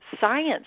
science